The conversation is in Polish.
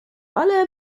ale